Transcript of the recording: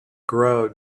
grow